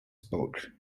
spoke